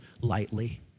lightly